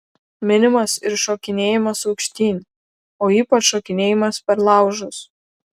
minimas ir šokinėjimas aukštyn o ypač šokinėjimas per laužus